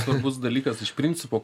svarbus dalykas iš principo